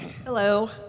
Hello